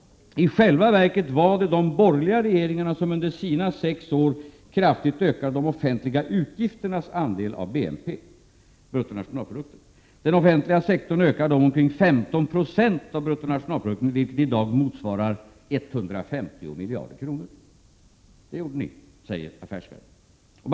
I själva verket var det de borgerliga regeringarna som under sina sex år kraftigt ökade de offentliga utgifternas andel av BNP. Den offentliga sektorn ökade då med omkring 15 procent av BNP, vilket i dag motsvarar 150 miljarder kronor.” — Det gjorde ni, säger Affärsvärlden.